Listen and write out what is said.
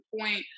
point